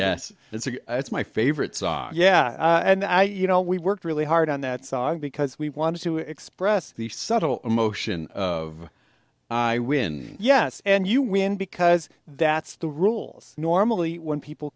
yes it's a it's my favorite song yeah and i you know we worked really hard on that song because we wanted to express the subtle emotion of i when yes and you win because that's the rules normally when people